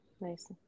Nice